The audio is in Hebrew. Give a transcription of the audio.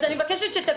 אני מבקשת שתקשיב לי.